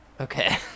okay